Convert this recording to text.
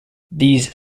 these